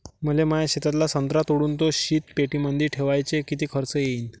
मले माया शेतातला संत्रा तोडून तो शीतपेटीमंदी ठेवायले किती खर्च येईन?